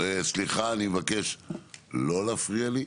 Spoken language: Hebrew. סליחה, אני מבקש לא להפריע לי.